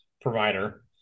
provider